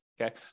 Okay